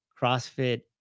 CrossFit